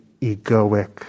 egoic